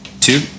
Two